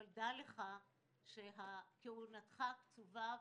אבל דע לך שכהונתך קצובה,